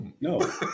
No